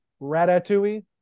ratatouille